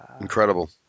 Incredible